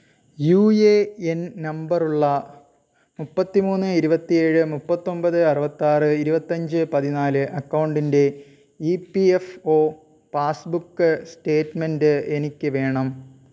U A N നമ്പറുള്ള മുപ്പത്തി മൂന്ന് ഇരുപത്തി ഏഴ് മുപ്പത്തൊൻപത് അറുപത്താറ് ഇരുപത്തഞ്ച് പതിനാല് അക്കൗണ്ടിന്റെ E P F O passbook statement എനിക്ക് വേണം